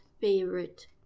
favorite